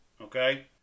Okay